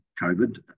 COVID